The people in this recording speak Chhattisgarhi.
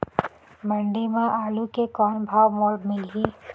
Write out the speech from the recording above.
मंडी म आलू के कौन भाव मोल मिलही?